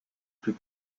plus